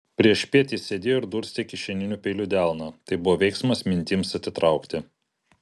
priešpiet jis sėdėjo ir durstė kišeniniu peiliu delną tai buvo veiksmas mintims atitraukti